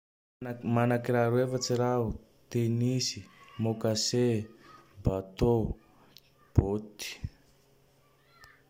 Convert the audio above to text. Na-mana kiraro efatsy raho: tenisy, môkase, batô, bôty.